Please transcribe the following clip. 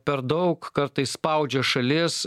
per daug kartais spaudžia šalis